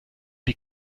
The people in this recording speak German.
die